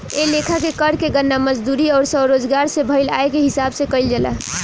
ए लेखा के कर के गणना मजदूरी अउर स्वरोजगार से भईल आय के हिसाब से कईल जाला